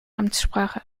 amtssprache